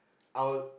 I would